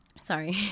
Sorry